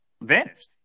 vanished